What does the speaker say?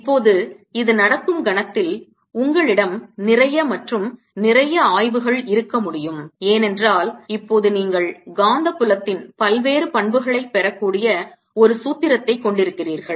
இப்போது இது நடக்கும் கணத்தில் உங்களிடம் நிறைய மற்றும் நிறைய ஆய்வுகள் இருக்க முடியும் ஏனென்றால் இப்போது நீங்கள் காந்தப் புலத்தின் பல்வேறு பண்புகளைப் பெறக்கூடிய ஒரு சூத்திரத்தைக் கொண்டிருக்கிறீர்கள்